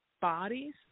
bodies